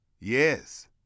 Yes